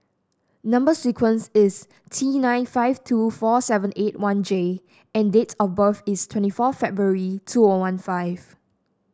number sequence is T nine five two four seven eight one J and date of birth is twenty four February two one one five